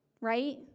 right